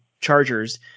Chargers